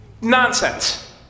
nonsense